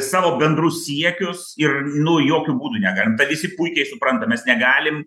savo bendrus siekius ir nu jokiu būdu negalim tą visi puikiai supranta mes negalim